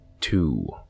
two